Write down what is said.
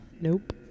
Nope